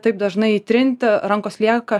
taip dažnai įtrinti rankos lieka